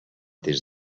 des